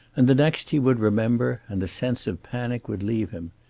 and the next he would remember, and the sense of panic would leave him.